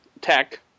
tech